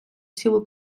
цілу